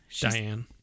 Diane